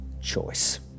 choice